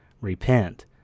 Repent